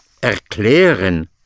erklären